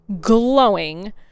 glowing